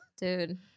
dude